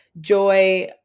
joy